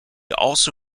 also